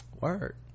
word